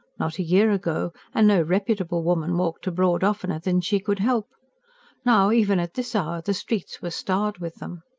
not a year ago, and no reputable woman walked abroad oftener than she could help now, even at this hour, the streets were starred with them.